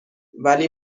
ولی